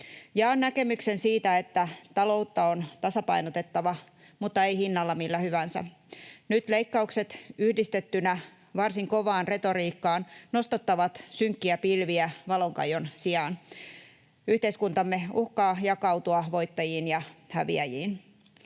Jaan näkemyksen siitä, että taloutta on tasapainotettava, mutta ei hinnalla millä hyvänsä. Nyt leikkaukset yhdistettyinä varsin kovaan retoriikkaan nostattavat synkkiä pilviä valonkajon sijaan. Yhteiskuntamme uhkaa jakautua voittajiin ja häviäjiin.